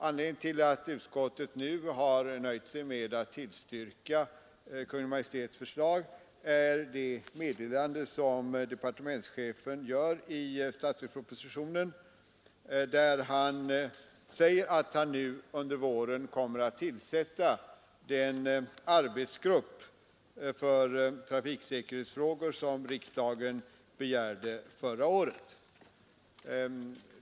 Anledningen till att utskottet nu nöjt sig med att tillstyrka Kungl. Maj:ts förslag är det meddelande som departementschefen lämnar i statsverkspropositionen enligt vilket han under våren kommer att tillsätta den arbetsgrupp för trafiksäkerhetsfrågor som riksdagen begärde förra året.